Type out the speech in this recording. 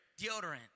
deodorant